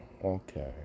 Okay